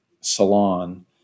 salon